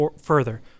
further